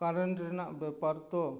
current ᱨᱮᱱᱟᱜ ᱵᱮᱯᱟᱨ ᱛᱚ